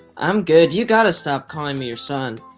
i'm good, you gotta stop calling me your son.